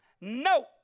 no